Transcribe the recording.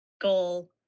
goal